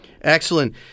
Excellent